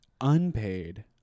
Unpaid